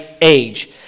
age